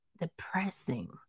depressing